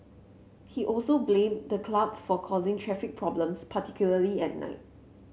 he also blamed the club for causing traffic problems particularly at night